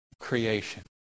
creation